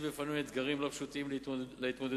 בפנינו אתגרים לא פשוטים להתמודדות,